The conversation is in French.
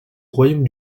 royaume